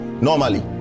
Normally